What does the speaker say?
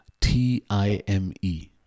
T-I-M-E